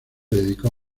dedicó